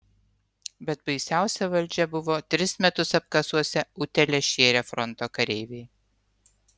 bet baisiausia valdžia buvo tris metus apkasuose utėles šėrę fronto kareiviai